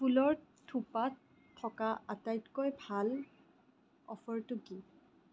ফুলৰ থোপাত থকা আটাইতকৈ ভাল অফাৰটো কি